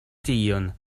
tion